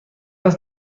است